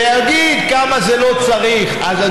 ויגיד כמה לא צריך את זה.